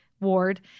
ward